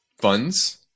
funds